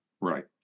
Right